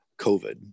COVID